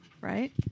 right